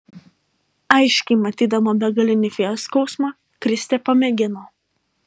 aiškiai matydama begalinį fėjos skausmą kristė pamėgino